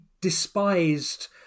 despised